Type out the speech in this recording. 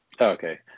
Okay